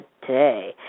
today